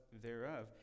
thereof